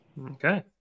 Okay